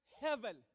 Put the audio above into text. heaven